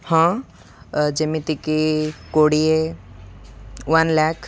ହଁ ଯେମିତିକି କୋଡ଼ିଏ ୱାନ୍ ଲାକ୍ଷ